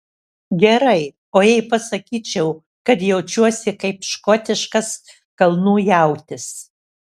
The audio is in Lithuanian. gerai o jei pasakyčiau kad jaučiuosi kaip škotiškas kalnų jautis